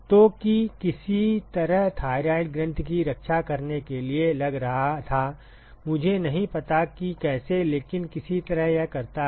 तो कि किसी तरह थायरॉयड ग्रंथि की रक्षा करने के लिए लग रहा था मुझे नहीं पता कि कैसे लेकिन किसी तरह यह करता है